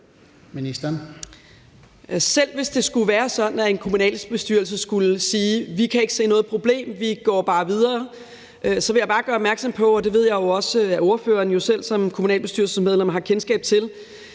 selv hvis det skulle være sådan, at en kommunalbestyrelse skulle sige, at de ikke kan se noget problem, og at de bare går videre, så er det jo sådan – og det ved jeg også at ordføreren selv som kommunalbestyrelsesmedlem har kendskab til